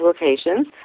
locations